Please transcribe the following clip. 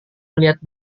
melihat